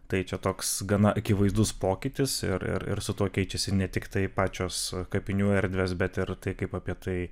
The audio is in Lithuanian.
tai čia toks gana akivaizdus pokytis ir ir ir su tuo keičiasi ne tiktai pačios kapinių erdvės bet ir tai kaip apie tai